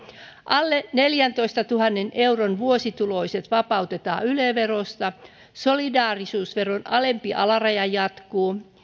alle neljäntoistatuhannen euron vuosituloiset vapautetaan yle verosta solidaarisuusveron alempi alaraja jatkuu